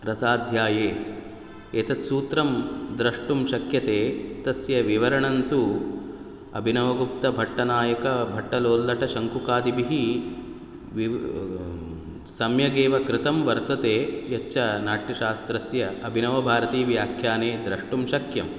रसाध्याये एतत्सूत्रं द्रष्टुं शक्यते तस्य विवरणं तु अभिनवगुप्तभट्टनायकभट्टलोल्लकशङ्कुकादिभिः वि सम्यगेव कृतं वर्तते यच्च नाट्यशास्त्रस्य अभिनवभारती व्याख्याने द्रष्टुं शक्यं